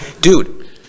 Dude